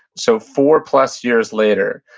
so four-plus years later,